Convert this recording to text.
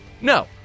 no